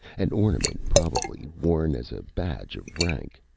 an ornament, probably, worn as a badge of rank.